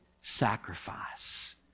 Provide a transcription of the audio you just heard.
sacrifice